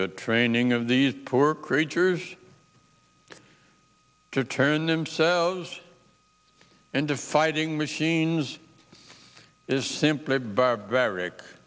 the training of these poor creatures to turn themselves into fighting machines is simply barbaric